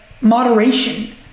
moderation